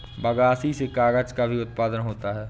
बगासी से कागज़ का भी उत्पादन होता है